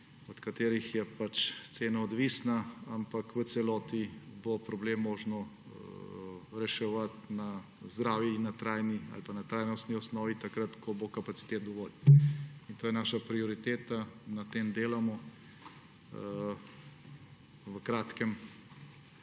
od katerih je cena odvisna, ampak v celoti bo problem možno reševati na zdravi in na trajnostni osnovi takrat, ko bo kapacitet dovolj. In to je naša prioriteta. Na tem delamo. V kratkem